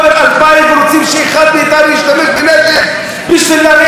שאחד מאיתנו ישתמש בנשק בשביל לרדת עלינו.